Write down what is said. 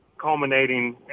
culminating